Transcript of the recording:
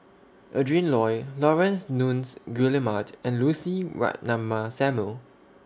Adrin Loi Laurence Nunns Guillemard and Lucy Ratnammah Samuel